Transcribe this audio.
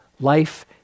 Life